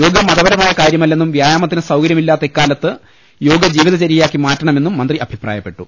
യോഗ മതപരമായ കാര്യമല്ലെന്നും വ്യായാമത്തിന് സൌകര്യമില്ലാത്ത ഇക്കാലത്ത് യോഗ ജീവിതചര്യയാക്കി മാറ്റണമെന്നും മന്ത്രി അഭിപ്രായപ്പെട്ടു